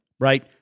right